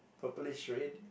purplish red